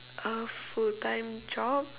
a full time job